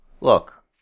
look